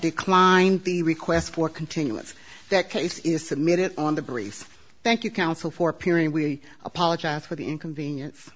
declined the request for continuance that case is submitted on the briefs thank you counsel for appearing we apologize for the inconvenience